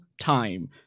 time